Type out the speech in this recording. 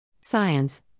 Science